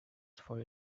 for